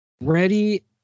Ready